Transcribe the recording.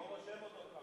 אני לא רושם אותו.